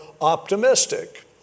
optimistic